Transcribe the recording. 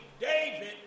David